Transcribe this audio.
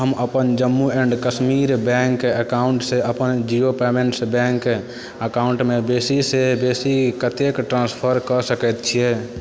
हम अपन Jammu and Kashmir bank अकाउंटसँ अपन जिओ पेमेंट्स बैंक अकाउंटमे बेसीसँ बेसी कतेक ट्रांस्फर कऽ सकैत छियै